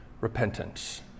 repentance